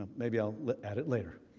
um maybe i will like add it later.